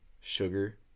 sugar